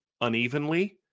unevenly